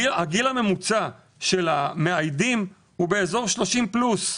הגיל הממוצע של המאיידים הוא באזור 30 פלוס.